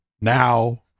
now